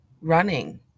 running